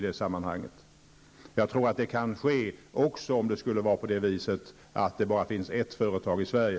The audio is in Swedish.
Jag tror att det kan ske också om det skulle vara så att det bara finns ett företag i Sverige.